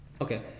Okay